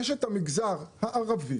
יש את המגזר הערבי,